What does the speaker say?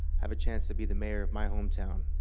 have a chance to be the mayor of my hometown.